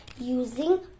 using